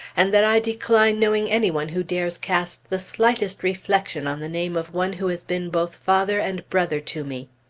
and that i decline knowing any one who dares cast the slightest reflection on the name of one who has been both father and brother to me!